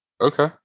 Okay